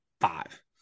five